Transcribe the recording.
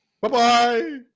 Bye-bye